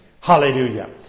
Hallelujah